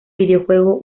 videojuego